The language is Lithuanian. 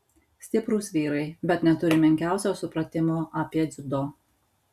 stiprūs vyrai bet neturi menkiausio supratimo apie dziudo